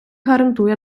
гарантує